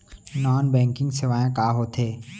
Non banking सेवाएं का होथे?